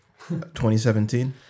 2017